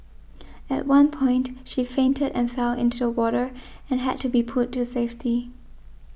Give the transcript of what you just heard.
at one point she fainted and fell into the water and had to be pulled to safety